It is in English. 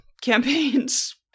campaigns